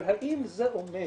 אבל האם זה אומר